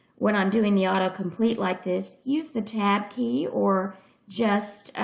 when i'm doing the autocomplete like this, use the tab key or just